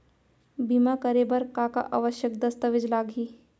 बीमा करे बर का का आवश्यक दस्तावेज लागही